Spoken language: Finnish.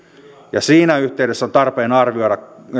ja siinä yhteydessä on tarpeen arvioida